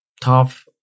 tough